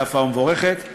יפה ומבורכת.